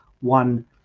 one